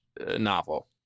novel